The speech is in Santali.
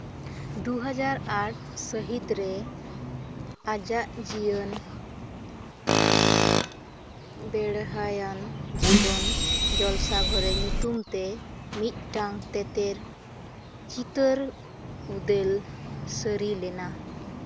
ᱫᱩ ᱦᱟᱡᱟᱨ ᱟᱴ ᱥᱟᱹᱦᱤᱛ ᱨᱮ ᱟᱡᱟᱜ ᱡᱤᱭᱚᱱ ᱵᱮᱲᱦᱟᱭᱟᱱ ᱡᱤᱵᱚᱱ ᱡᱚᱞᱥᱟᱜᱷᱚᱨᱮ ᱢᱤᱫᱴᱟᱝ ᱛᱮᱛᱮᱫ ᱪᱤᱛᱟᱹᱨ ᱩᱫᱮᱞ ᱥᱟᱹᱨᱤ ᱞᱮᱱᱟ